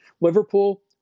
Liverpool